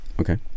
okay